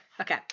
Okay